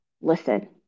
listen